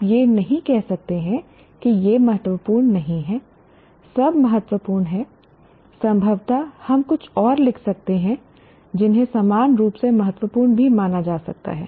आप यह नहीं कह सकते हैं कि यह महत्वपूर्ण नहीं है सब कुछ महत्वपूर्ण है संभवतः हम कुछ और लिख सकते हैं जिन्हें समान रूप से महत्वपूर्ण भी माना जा सकता है